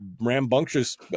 rambunctious